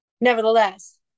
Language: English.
nevertheless